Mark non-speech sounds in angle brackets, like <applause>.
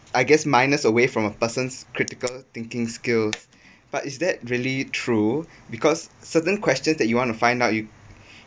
I guess minus away from a persons critical thinking skills <breath> but is that really true because certain questions that you want to find out you